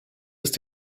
ist